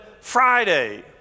Friday